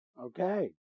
Okay